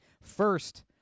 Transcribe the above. First